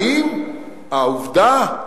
האם העובדה,